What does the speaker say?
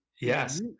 Yes